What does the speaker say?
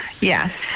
Yes